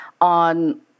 on